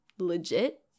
legit